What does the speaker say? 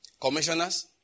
Commissioners